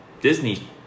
Disney